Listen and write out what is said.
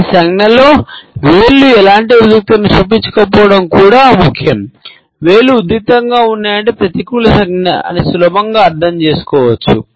ఈ సంజ్ఞలో వేళ్లు ఎటువంటి ఉద్రిక్తతను చూపించకపోవడం కూడా ముఖ్యం వేళ్లు ఉద్రిక్తంగా ఉంటే దాన్ని ప్రతికూల సంజ్ఞ అని సులభంగా అర్థం చేసుకోవచ్చు